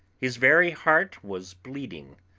his very heart was bleeding,